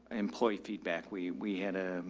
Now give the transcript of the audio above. employee feedback. we we had,